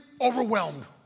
overwhelmed